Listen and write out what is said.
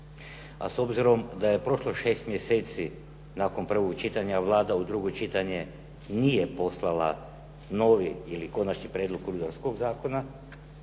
a s obzirom da je prošlo šest mjeseci nakon prvog čitanja Vlada u drugo čitanje nije poslala novi ili Konačni prijedlog Rudarskog zakona